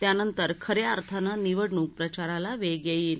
त्यानंतर खन्या अर्थानं निवडणूक प्रचाराला वेग येईल